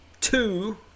two